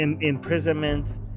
imprisonment